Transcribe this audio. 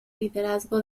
liderazgo